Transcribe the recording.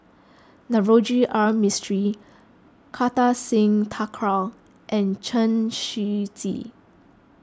Navroji R Mistri Kartar Singh Thakral and Chen Shiji